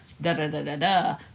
Da-da-da-da-da